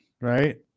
right